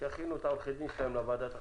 שיכינו את עורכי הדין שלהם לוועדת החקירה.